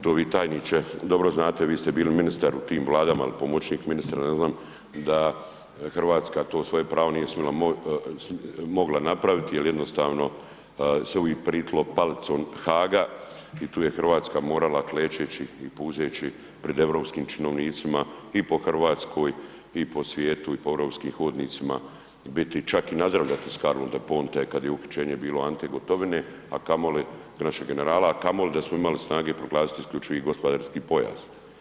To vi tajniče dobro znate, vi ste bili ministar u tim vladama, jel pomoćnik ministar ne znam da Hrvatska to svoje pravo nije smjela, mogla napraviti jel jednostavno se uvik pritilo palicom Haaga i tu je Hrvatska morala klečeći i puzeći pred europskim činovnicima i po Hrvatskoj i po svijetu i po europskim hodnicima biti, čak i nazdravljati s Carlom Del Ponte kad je uhićenje bilo Ante Gotovine, a kamoli naših generala, a kamoli da smo imali snage proglasiti isključivi gospodarski pojas.